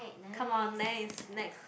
come on next next